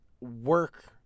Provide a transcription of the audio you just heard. work